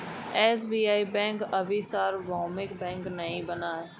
SBI bank अभी सार्वभौमिक bank नहीं बना है